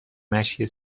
مشی